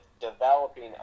developing